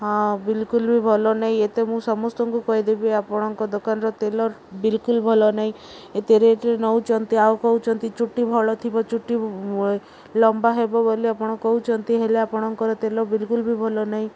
ହଁ ବିଲକୁଲ ବି ଭଲ ନାହିଁ ଏତେ ମୁଁ ସମସ୍ତଙ୍କୁ କହିଦେବି ଆପଣଙ୍କ ଦୋକାନର ତେଲ ବିଲକୁଲ ଭଲ ନାହିଁ ଏତେ ରେଟରେ ନଉଛନ୍ତି ଆଉ କହୁଛନ୍ତି ଚୁଟି ଭଳ ଥିବ ଚୁଟି ଲମ୍ବା ହେବ ବୋଲି ଆପଣ କହୁଚନ୍ତି ହେଲେ ଆପଣଙ୍କର ତେଲ ବିଲକୁଲ ବି ଭଲ ନାହିଁ